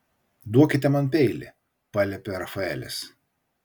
duokite man peilį paliepė rafaelis